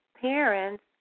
parents